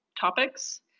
topics